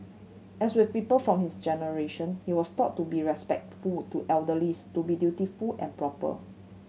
as with people from his generation he was taught to be respectful to elder lease to be dutiful and proper